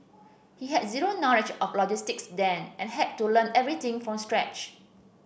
he had zero knowledge of logistics then and had to learn everything from scratch